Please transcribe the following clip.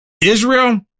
Israel